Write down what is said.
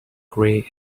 gray